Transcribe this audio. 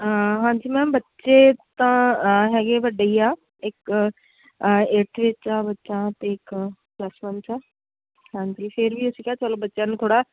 ਹਾਂਜੀ ਮੈਮ ਬੱਚੇ ਤਾਂ ਹੈਗੇ ਵੱਡੇ ਆ ਇੱਕ ਏਟਥ ਵਿੱਚ ਆ ਬੱਚਾ ਅਤੇ ਇੱਕ ਪਲੱਸ ਵੰਨ 'ਚ ਆ ਹਾਂਜੀ ਫਿਰ ਵੀ ਅਸੀਂ ਕਿਹਾ ਚਲੋ ਬੱਚਿਆਂ ਨੂੰ ਥੋੜ੍ਹਾ